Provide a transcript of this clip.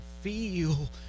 feel